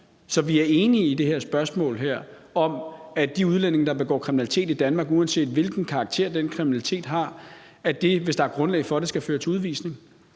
Så vi er enige i det her spørgsmål; for de udlændinge, der begår kriminalitet i Danmark, uanset hvilken karakter den kriminalitet har, skal det, hvis der er grundlag for det, føre til udvisning.